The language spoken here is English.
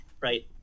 right